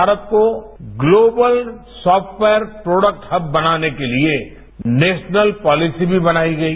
भारत को global software product अब बनाने के लिए नेशनल पॉलिसी भी बनाई गई